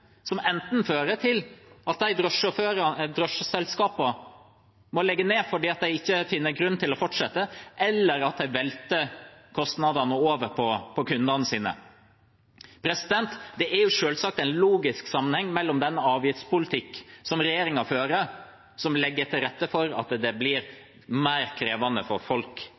som fører til enten at drosjeselskap må legge ned fordi de ikke finner grunn til å fortsette, eller at de velter kostnadene over på kundene sine. Det er selvsagt en logisk sammenheng her. Den avgiftspolitikken som regjeringa fører, legger til rette for at det blir krevende for folk